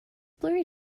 blurry